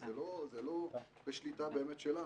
זה לא בשליטה באמת שלנו.